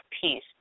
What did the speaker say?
peace